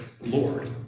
Lord